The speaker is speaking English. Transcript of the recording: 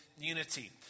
unity